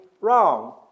wrong